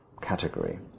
category